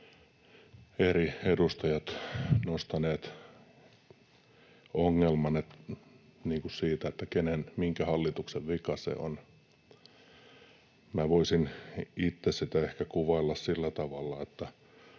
eri edustajat nostaneet ongelman, että kenen ja minkä hallituksen vika se on. Voisin itse sitä ehkä kuvailla sillä tavalla,